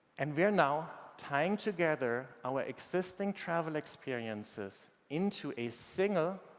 and we're now tying together our existing travel experiences into a single,